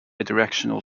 directional